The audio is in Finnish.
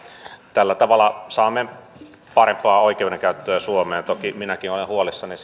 tällä tavalla saamme parempaa oikeudenkäyttöä suomeen toki minäkin olen huolissani